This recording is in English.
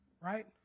Right